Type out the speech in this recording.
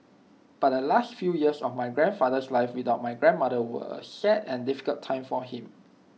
but the last few years of my grandfather's life without my grandmother were A sad and difficult time for him